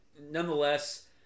nonetheless